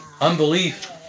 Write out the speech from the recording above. Unbelief